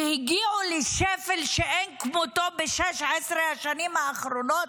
שהגיעו לשפל שאין כמותו ב-16 השנים האחרונות,